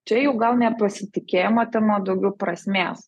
čia jau gal ne pasitikėjimo tema o daugiau prasmės